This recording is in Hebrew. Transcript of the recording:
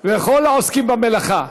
ולכל העוסקים במלאכה.